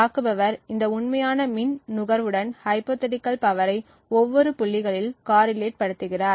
தாக்குபவர் இந்த உண்மையான மின் நுகர்வுடன் ஹைப்போதீட்டிகள் பவர் ஐ ஒவ்வொரு புள்ளிகளில் காரிலேட் படுத்துகிறார்